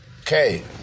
Okay